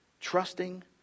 trusting